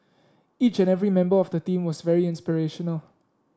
each and every member of the team was very inspirational